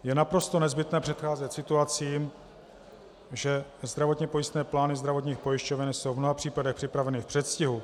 Je naprosto nezbytné předcházet situacím, že zdravotně pojistné plány zdravotních pojišťoven jsou v mnoha případech připraveny v předstihu.